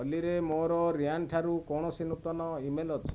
ଅଲିରେ ମୋର ରିଆନ୍ ଠାରୁ କୌଣସି ନୂତନ ଇମେଲ୍ ଅଛି